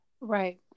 Right